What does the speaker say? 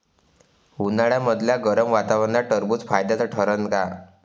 उन्हाळ्यामदल्या गरम वातावरनात टरबुज फायद्याचं ठरन का?